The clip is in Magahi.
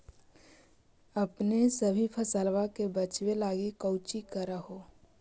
अपने सभी फसलबा के बच्बे लगी कौची कर हो?